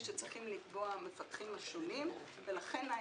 שצריכים לקבוע המפקחים השונים ולכן,